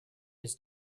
his